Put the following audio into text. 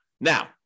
Now